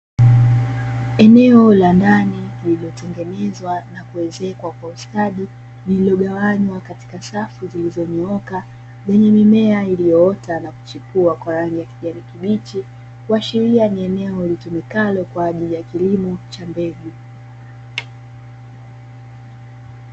Eneo la ndani lililotengenezwa na kuezekwa kwa ustadi, lililogawanywa katika safu zilizonyooka, lenye mimea iliyoota na kuchipua kwa hali ya kijani kibichi, huashiria ni eneo litumikalo kwa ajili ya kilimo cha mbegu.